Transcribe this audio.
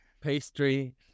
Pastry